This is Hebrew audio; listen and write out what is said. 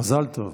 מזל טוב.